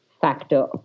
factor